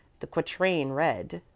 the quatrain read,